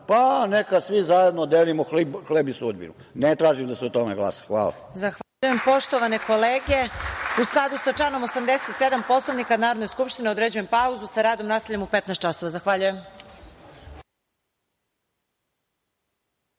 pa neka svi zajedno delimo hleb i sudbinu. Ne tražim da se o tome glasa.